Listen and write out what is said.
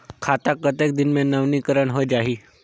खाता कतेक दिन मे नवीनीकरण होए जाहि??